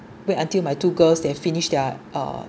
wait until my two girls they've finished their uh